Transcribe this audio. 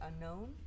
unknown